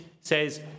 says